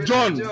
John